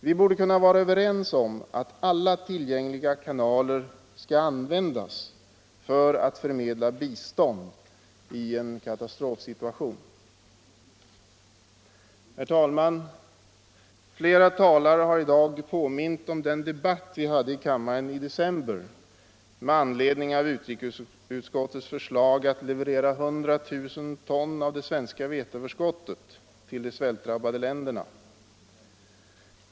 Vi borde kunna vara överens om att alla tillgängliga kanaler skall användas för att förmedla bistånd i en katastrofsituation. Herr talman! Flera talare har i dag påmint om den debatt vi hade i december med anledning av utrikesutskottets förslag att leverera 100 000 ton av det svenska veteöverskottet till de svältdrabbade länderna.